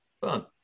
fun